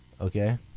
Okay